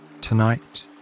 Tonight